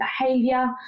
behavior